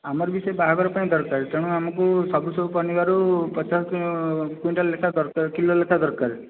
ଆମର ବି ସେଇ ବାହାଘର ପାଇଁ ଦରକାର ତେଣୁ ଆମକୁ ସବୁ ସବୁ ପନିପରିବାରୁ ପଚାଶ କୁଇଣ୍ଟାଲ ଲେଖା ଦରକାର କିଲୋ ଲେଖା ଦରକାର